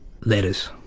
letters